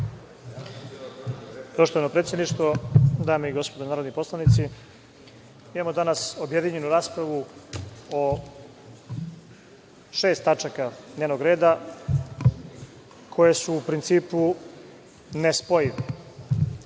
Poštovano predsedništvo, dame i gospodo narodni poslanici, imamo danas objedinjenu raspravu o šest tačaka dnevnog reda koje su u principu nespojive.